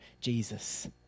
Jesus